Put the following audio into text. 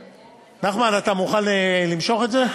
נחמן, אתה מוכן למשוך את זה?